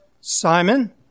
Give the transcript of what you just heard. Simon